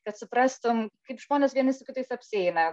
kad suprastum kaip žmonės vieni su kitais apsieina